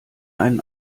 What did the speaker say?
einen